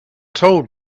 told